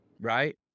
Right